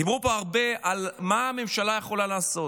דיברו פה הרבה על מה הממשלה יכולה לעשות.